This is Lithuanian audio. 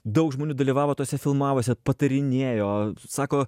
daug žmonių dalyvavo tose filmavose patarinėjo sako